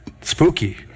spooky